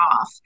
off